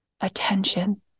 Attention